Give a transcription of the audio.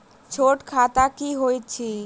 छोट खाता की होइत अछि